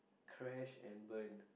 crash and burn